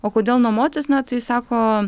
o kodėl nuomotis na tai sako